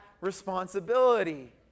responsibility